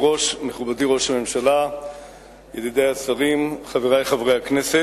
רבותי, אנחנו עוברים לחלק הבא